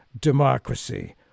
democracy